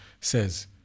says